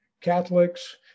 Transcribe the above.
Catholics